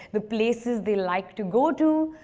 the places they like to go to,